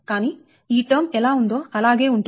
కానీ ఈ టర్మ్ ఎలా ఉందో అలాగే ఉంటుంది